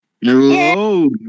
Hello